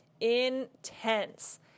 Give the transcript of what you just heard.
intense